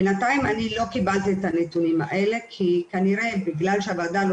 בינתיים לא קיבלתי את הנתונים האלה כי כנראה בגלל שהוועדה לא